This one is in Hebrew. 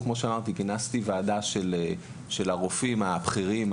כינסתי ועדה של הרופאים הבכירים,